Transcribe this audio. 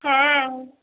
হ্যাঁ